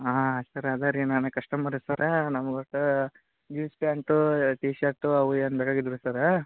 ಹಾಂ ಸರ ಅದೆ ರೀ ನಾನೇ ಕಸ್ಟಮರೆ ಸರ ನಮಗೆ ಒಟ್ಟು ಜೀನ್ಸ್ ಪ್ಯಾಂಟು ಎರಡು ಟಿ ಶರ್ಟು ಅವು ಏನು ಬೇಕಾಗಿದ್ವು ಸರ